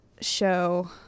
show